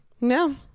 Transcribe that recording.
No